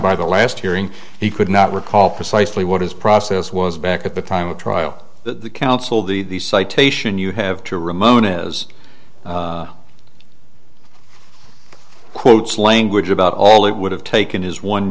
by the last hearing he could not recall precisely what his process was back at the time of trial the counsel the citation you have to remove him is quotes language about all it would have taken is one